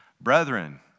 Brethren